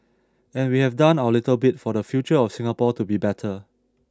and we have done our little bit for the future of Singapore to be better